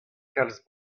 kalz